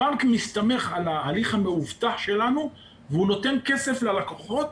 הבנק מסתמך על ההליך המאובטח שלנו והוא נותן כסף ללקוחות.